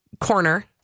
corner